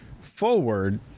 forward